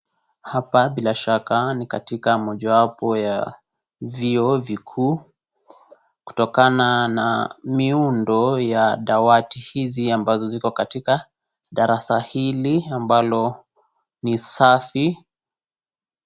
Hapa bila shaka ni mojawapo ya vyuo vikuu kutokana na miundo ya dawati hizi ambazo ziko katika darasa hili ambalo ni safi.